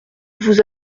vous